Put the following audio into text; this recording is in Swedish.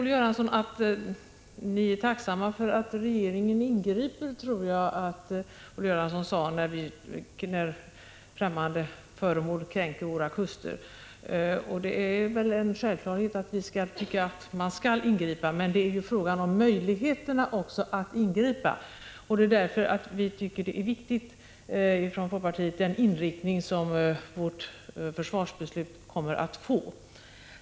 41 Ni är tacksamma för att regeringen ingriper när främmande föremål kränker våra kuster, tror jag att Olle Göransson sade. Det är väl en självklarhet att man skall ingripa. Men det gäller också att ha möjligheter att ingripa. Det är därför som vi från folkpartiet tycker att det är viktigt vilken inriktning vårt försvarsbeslut kommer att få.